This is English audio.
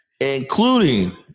including